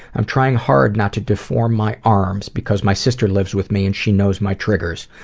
i'm trying hard not to deform my arms because my sister lives with me and she knows my triggers.